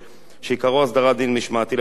שעיקרו הסדרת דין משמעתי למתווכים במקרקעין,